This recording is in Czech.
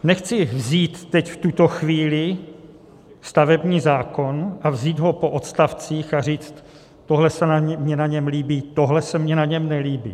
Nechci vzít teď v tuto chvíli stavební zákon a vzít ho po odstavcích a říct, tohle se mi na něm líbí, tohle se mi na něm nelíbí.